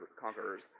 conquerors